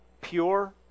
Pure